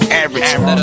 average